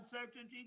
uncertainty